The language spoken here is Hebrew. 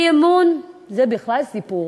אי-אמון, זה בכלל סיפור.